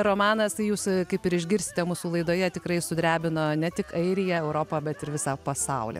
romanas tai jūs kaip ir išgirsite mūsų laidoje tikrai sudrebino ne tik airiją europą bet ir visą pasaulį